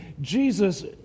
Jesus